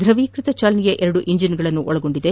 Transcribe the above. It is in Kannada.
ದ್ರವೀಯ ಚಾಲನೆಯ ಎರಡು ಎಂಜಿನ್ ಗಳನ್ನು ಒಳಗೊಂಡಿದೆ